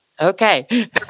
Okay